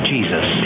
Jesus